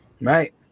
Right